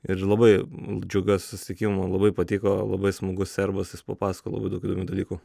ir labai džiaugiuos susitikimu labai patiko labai smagus serbas jis papasakojo daug dalykų